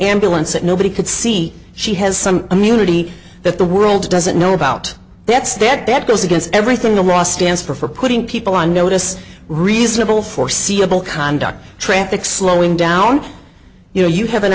ambulance that nobody could see she has some immunity that the world doesn't know about that's dead that goes against everything the ra stands for putting people on notice reasonable foreseeable conduct traffic slowing down you know you have an